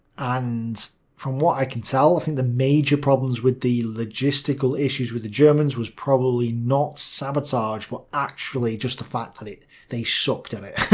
and from what i can tell, i think the major problems with the logistical issues with the germans was probably not sabotage, but actually just the fact but that they sucked at it.